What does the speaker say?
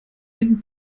einen